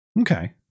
Okay